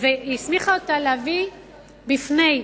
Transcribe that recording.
והסמיכה להביא אותה בפני,